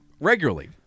regularly